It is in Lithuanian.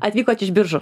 atvykot iš biržų